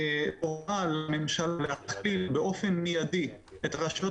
--- להתחיל באופן מידי --- הרשויות